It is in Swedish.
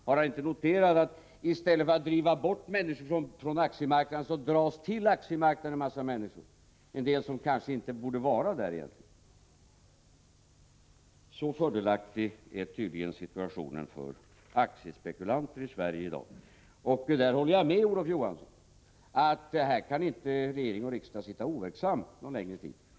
Har inte han noterat att i stället för att driva människor från aktiemarknaden dras till aktiemarknaden en hel del människor, en del som egentligen kanske inte borde vara där? Så fördelaktig är tydligen situationen för aktiespekulanter i Sverige i dag. Jag håller med Olof Johansson om att regering och riksdag inte kan sitta overksamma någon längre tid.